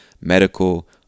medical